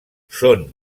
són